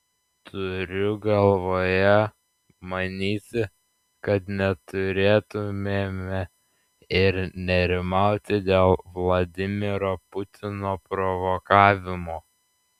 turiu galvoje manyti kad neturėtumėme ir nerimauti dėl vladimiro putino provokavimo